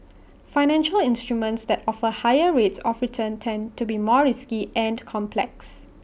financial instruments that offer higher rates of return tend to be more risky and complex